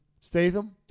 Statham